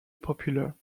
popular